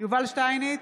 יובל שטייניץ,